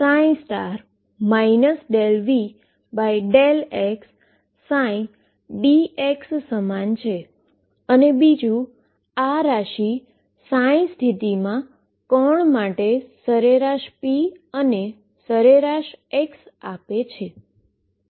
જે ∞ ∂V∂xψ dx સમાન છે અને બીજુ આ ક્વોન્ટીટી સ્થિતિમાં પાર્ટીકલ માટે એવરેજ p અને એવરેજ x આપે છે